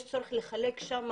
יש צורך לחלק שם